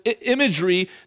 imagery